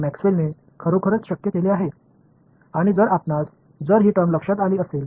எனவே மின்காந்தத்திற்கும் ஒளியியலுக்கும் இடையிலான இந்த தொடர்பு உண்மையில் மேக்ஸ்வெல்லால் சாத்தியமானது